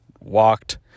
walked